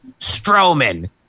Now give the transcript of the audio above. Strowman